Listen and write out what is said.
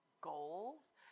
goals